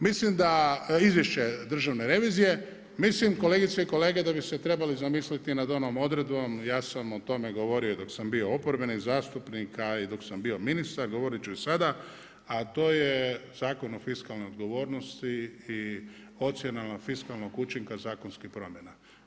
Mislim da izvješće Državne revizije, mislim da kolegice i kolege, da bi se trebali zamisliti nad onom odredbom, ja sam o tome govorio, dok sam bio oporbeni zastupnika a i dok sam bio ministar, govoriti ću i sada, a to je Zakon o fiskalnoj odgovornosti i ocjenama fiskalnim učinaka zakonskim promjena.